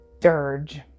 dirge